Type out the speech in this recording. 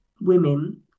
women